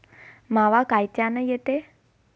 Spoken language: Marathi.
मावा कायच्यानं येते?